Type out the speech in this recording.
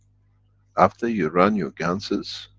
after you run your ganses,